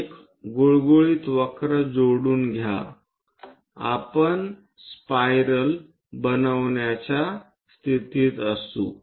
एक गुळगुळीत वक्र जोडून घ्या आपण स्पायरल बनवण्याचा स्थितीत असू